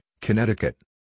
Connecticut